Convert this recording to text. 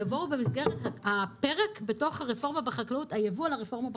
יבואו במסגרת הפרק בתוך הייבוא על הרפורמה בחקלאות.